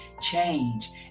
change